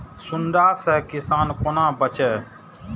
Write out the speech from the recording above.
सुंडा से किसान कोना बचे?